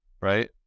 Right